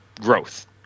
growth